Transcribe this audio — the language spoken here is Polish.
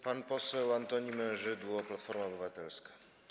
Pan poseł Antoni Mężydło, Platforma Obywatelska.